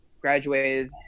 graduated